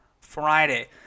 Friday